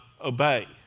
obey